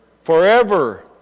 Forever